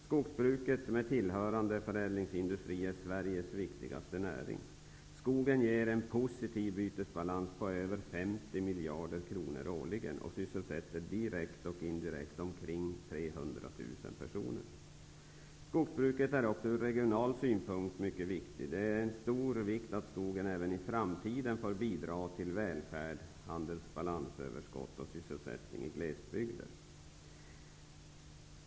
Skogsbruket med tillhörande förädlingsindustri är Sveriges viktigaste näring. Skogen ger en positiv bytesbalans på över 50 miljarder kronor årligen och sysselsätter direkt och indirekt ca 300 000 personer. Skogsbruket är också från regional synpunkt mycket viktigt. Det är av stor vikt att skogen även i framtiden får bidra till välfärd, överskott i handelsbalansen och sysselsättning i glesbygden.